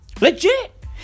Legit